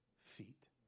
feet